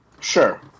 Sure